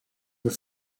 were